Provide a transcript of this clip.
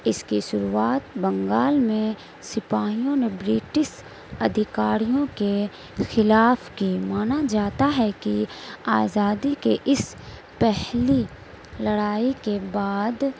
اس کی شروعات بنگال میں سپاہیوں نے برٹس ادھیکاریوں کے خلاف کی مانا جاتا ہے کہ آزادی کے اس پہلی لڑائی کے بعد